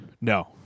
No